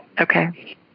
Okay